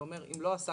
זה אומר: אם לא עסקת